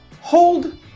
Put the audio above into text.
Hold